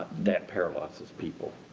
that paralyzes people,